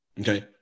Okay